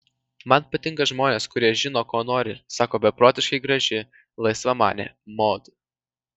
man patinka žmonės kurie žino ko nori sako beprotiškai graži laisvamanė mod